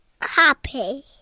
Happy